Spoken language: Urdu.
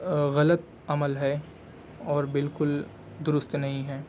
غلط عمل ہے اور بالکل درست نہیں ہے